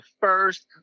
first